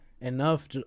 enough